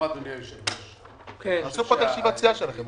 וגם